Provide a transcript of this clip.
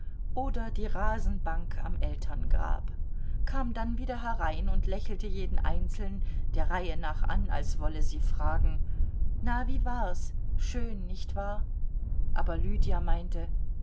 oder die rasenbank am elterngrab kam dann wieder herein und lächelte jeden einzeln der reihe nach an als wolle sie fragen na wie war's schön nicht wahr aber lydia meinte